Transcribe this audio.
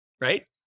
right